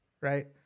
right